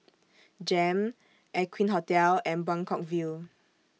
Jem Aqueen Hotel and Buangkok View